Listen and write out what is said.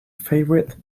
favorite